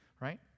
right